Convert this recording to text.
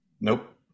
Nope